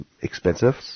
expensive